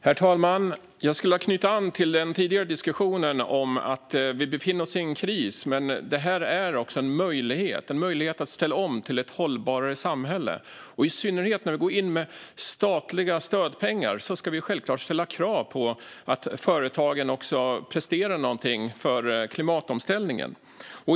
Herr talman! Jag skulle vilja knyta an till den tidigare diskussionen om att vi befinner oss i en kris men att den också innebär en möjlighet att ställa om till ett hållbarare samhälle. I synnerhet när vi går in med statliga stödpengar ska vi självklart ställa krav på att företagen också presterar någonting för klimatomställningen.